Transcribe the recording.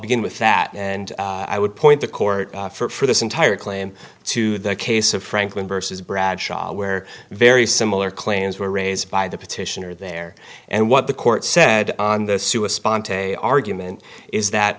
begin with that and i would point the court for this entire claim to the case of franklin versus bradshaw where very similar claims were raised by the petitioner there and what the court said on the sue a spontaneous argument is that